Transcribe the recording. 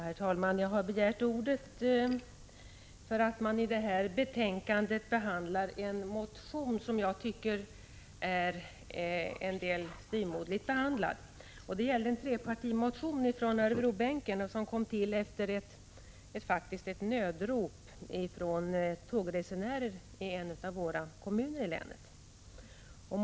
Herr talman! Jag har begärt ordet därför att jag tycker att en motion är något styvmoderligt behandlad i det här betänkandet. Det gäller en trepartimotion från Örebrobänken, en motion som kom till efter ett nödrop från tågresenärer i en av kommunerna i vårt län.